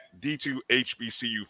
D2HBCU